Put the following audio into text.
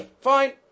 Fine